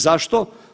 Zašto?